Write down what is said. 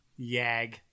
Yag